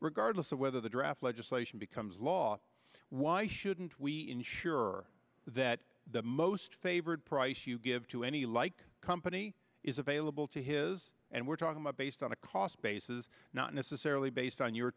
regardless of whether the draft legislation becomes law why shouldn't we ensure that the most favored price you give to any like company is available to his and we're talking about based on a cost basis not necessarily based on your